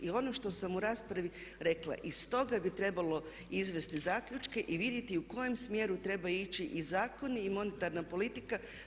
I ono što sam u raspravi rekla, iz toga bi trebalo izvesti zaključke i vidjeti u kojem smjeru treba ići i zakoni i monetarna politika.